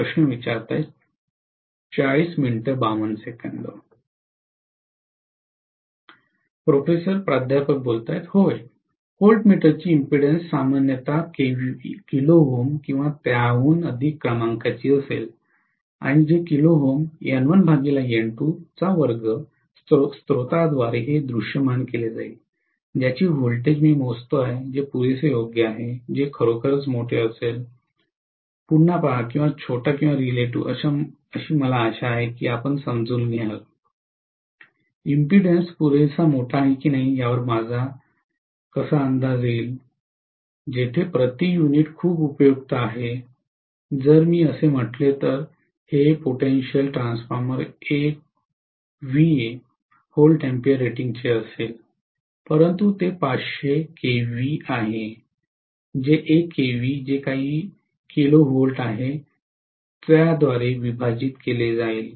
professor होय व्होल्टमीटरची impedance सामान्यत kΩ किंवा त्याहून अधिक क्रमांकाची असेल आणि जे स्त्रोताद्वारे हे दृश्यमान केले जाईल ज्याचे व्होल्टेज मी मोजतो जे पुरेसे योग्य आहे जे खरोखर मोठे असेल पुन्हा पहा किंवा छोटा किंवा रिलेटिव मला आशा आहे की आपण समजून घ्याल इम्पीडेन्स पुरेसा मोठा आहे की नाही यावर माझा कसा अंदाज येईल जेथे प्रति युनिट खूप उपयुक्त आहे जर मी असे म्हटले तर हे पोटेंशियल ट्रान्सफॉर्मर 1 VA रेटिंगचे असेल परंतु ते 500 केव्ही आहे जे 1 kV जे काही किलोव्होल्ट आहे त्याद्वारे विभाजित केले जाईल